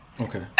Okay